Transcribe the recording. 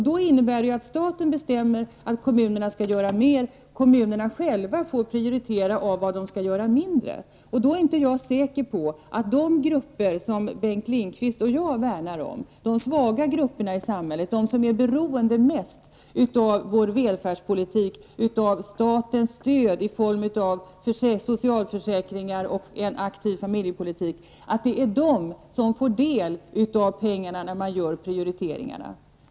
Det innebär att staten bestämmer att kommunerna skall göra mer och att kommunerna själva får avgöra på vilka områden de skall göra mindre. Jag är inte säker på att de grupper som Bengt Lindqvist och jag värnar om -- de svaga i samhället, de som är mest beroende av vår välfärdspolitik och av statens stöd i form av socialförsäkringar och en aktiv familjepolitik -- är de som får del av pengarna när kommunerna gör sina prioriteringar.